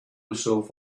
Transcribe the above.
myself